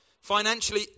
Financially